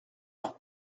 leur